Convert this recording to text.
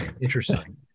Interesting